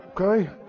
okay